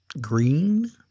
green